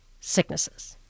sicknesses